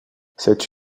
cette